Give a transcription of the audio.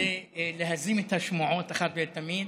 כדי להזים את השמועות אחת ולתמיד: